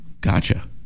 Gotcha